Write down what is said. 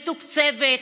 מתוקצבת,